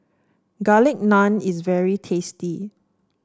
Garlic Naan is very tasty